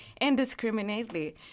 indiscriminately